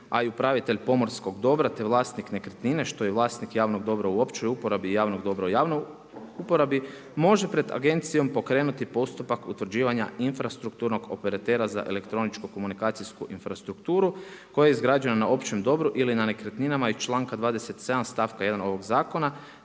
a i upravitelj pomorskog dobra, te vlasnik nekretnine, što je vlasnik javnog dobra u općoj uporabi i javnog dobra u javnoj uporabi, može pred agencijom pokrenuti postupak utvrđivanja infrastrukturnog operatera za elektroničku komunikacijsku infrastrukturu, koja je izgrađena na općem dobru ili na nekretninama iz čl.27 stavka 1. ovog zakona,